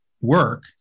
work